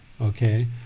Okay